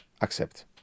accept